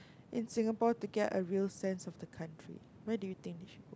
in Singapore to get a real sense of the country where do you think they should